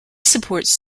supports